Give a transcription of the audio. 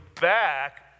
back